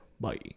bye